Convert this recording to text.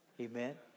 Amen